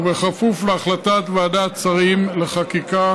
ובכפוף להחלטת ועדת השרים לחקיקה,